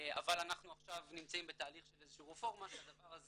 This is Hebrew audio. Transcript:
אבל אנחנו עכשיו נמצאים בתהליך של איזושהי רפורמה שהדבר הזה